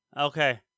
Okay